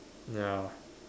ya